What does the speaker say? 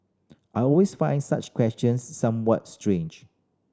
I always find such questions somewhat strange